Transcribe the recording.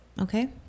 okay